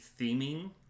theming